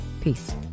peace